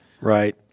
Right